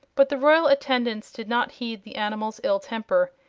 but the royal attendants did not heed the animal's ill temper.